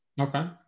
Okay